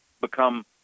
become